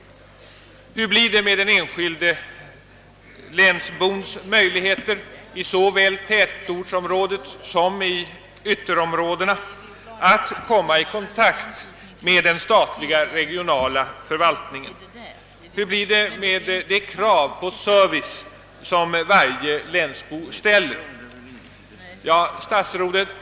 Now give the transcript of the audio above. Hur blir det med den enskilde länsbons möjligheter — i såväl tätortsområdet som i ytterområdena — att komma i kontakt med den statliga regionala förvaltningen? Hur blir det med de krav på service som varje länsbo ställer?